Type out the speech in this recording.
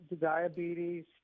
diabetes